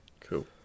Cool